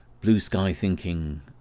blue-sky-thinking